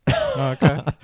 Okay